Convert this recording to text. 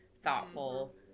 thoughtful